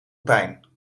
pijn